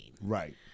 right